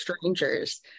strangers